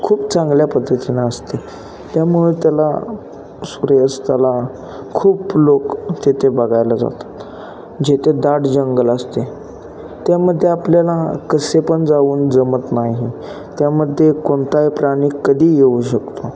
खूप चांगल्या पद्धतीनं असते त्यामुळे त्याला सूर्यास्ताला खूप लोक तेथे बघायला जातात जेथे दाट जंगल असते त्यामध्ये आपल्याला कसे पण जाऊन जमत नाही त्यामध्ये कोणताही प्राणी कधीही येऊ शकतो